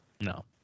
No